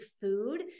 food